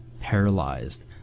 paralyzed